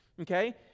okay